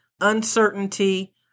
uncertainty